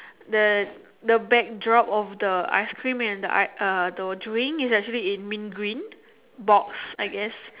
the the back drop of the ice cream and the I uh drink is actually in mint green box I guess